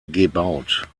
gebaut